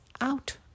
out